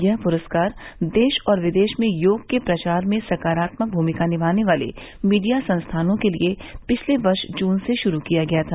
यह पुरस्कार देश और विदेश में योग के प्रचार में सकारात्मक भूमिका निभाने वाले मीडिया संस्थानों के लिए पिछले वर्ष जून से शुरू किया गया था